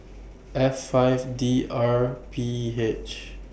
F five D R P H